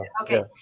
Okay